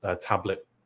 tablet